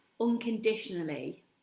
unconditionally